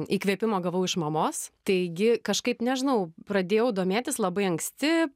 įkvėpimo gavau iš mamos taigi kažkaip nežinau pradėjau domėtis labai anksti